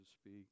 speak